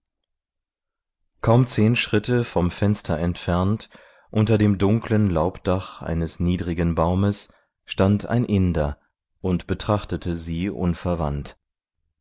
kaum zehn schritte vom fenster entfernt unter dem dunklen laubdach eines niedrigen baumes stand ein inder und betrachtete sie unverwandt